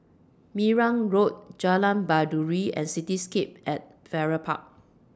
Marang Road Jalan Baiduri and Cityscape At Farrer Park